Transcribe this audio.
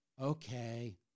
okay